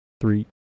three